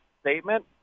statement